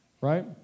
Right